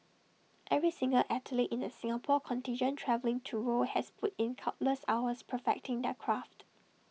every single athlete in the Singapore contingent travelling to Rio has put in countless hours perfecting their craft